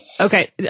Okay